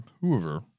whoever